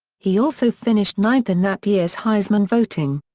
he also finished ninth in that year's heisman voting.